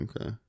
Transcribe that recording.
Okay